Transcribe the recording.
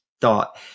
thought